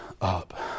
up